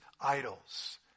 idols